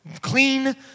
Clean